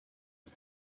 you